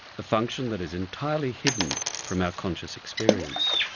a function that is entirely hidden from our conscious experience.